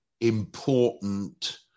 important